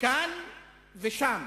כאן ושם,